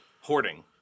hoarding